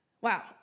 Wow